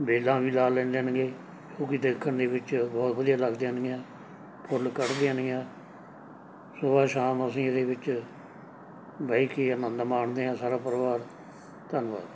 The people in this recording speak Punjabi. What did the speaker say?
ਵੇਲ੍ਹਾਂ ਵੀ ਲਾ ਲੈਂਦੇ ਨਗੇ ਉਹ ਵੀ ਦੇਖਣ ਦੇ ਵਿੱਚ ਬਹੁਤ ਵਧੀਆ ਲੱਗ ਜਾਂਦੀਆਂ ਫੁੱਲ ਕੱਢਦੀਆਂ ਨੇਗੀਆਂ ਸੁਬਹਾ ਸ਼ਾਮ ਅਸੀਂ ਇਹਦੇ ਵਿੱਚ ਬਹਿ ਕੇ ਆਨੰਦ ਮਾਣਦੇ ਹਾਂ ਸਾਰਾ ਪਰਿਵਾਰ ਧੰਨਵਾਦ